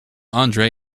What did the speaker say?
andre